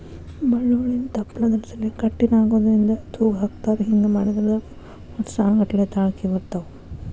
ಬಳ್ಳೋಳ್ಳಿನ ತಪ್ಲದರ್ಸಿಲೆ ಕಟ್ಟಿ ನಾಗೊಂದಿಗೆ ತೂಗಹಾಕತಾರ ಹಿಂಗ ಮಾಡಿದ್ರ ವರ್ಸಾನಗಟ್ಲೆ ತಾಳ್ಕಿ ಬರ್ತಾವ